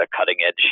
cutting-edge